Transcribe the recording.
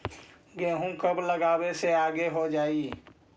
गेहूं कब लगावे से आगे हो जाई?